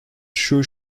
shoe